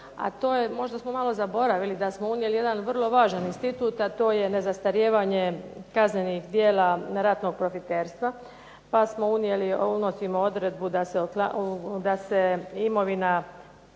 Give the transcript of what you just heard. možda smo malo zaboravili da smo unijeli jedan vrlo važan institut, a to je ne zastarijevanje kaznenih djela ratnog povjerenstva, pa unosimo odredbu da se imovina